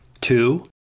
Two